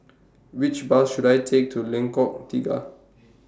Which Bus should I Take to Lengkok Tiga